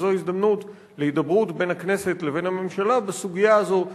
וזו הזדמנות להידברות בין הכנסת לבין הממשלה בסוגיה הזאת,